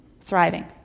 thriving